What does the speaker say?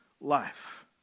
life